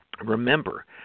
remember